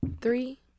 Three